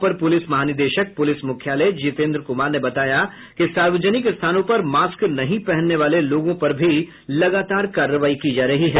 अपर पुलिस महानिदेशक पुलिस मुख्यालय जितेन्द्र कुमार ने बताया कि सार्वजनिक स्थानों पर मास्क नहीं पहनने वाले लोगों पर भी लगातार कार्रवाई की जा रही है